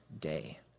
day